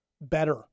better